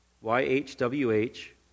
Y-H-W-H